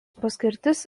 paskirtis